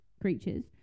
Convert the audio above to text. creatures